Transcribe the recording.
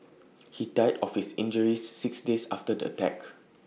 he died of his injuries six days after the attack